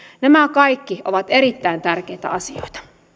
nämä kaikki ovat erittäin tärkeitä asioita